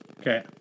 Okay